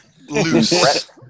loose